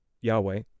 Yahweh